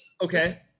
okay